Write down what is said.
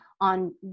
on